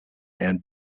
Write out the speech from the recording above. and